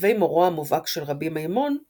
ומכתבי מורו המובהק של רבי מימון –